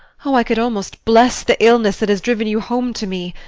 oh, i could almost bless the illness that has driven you home to me.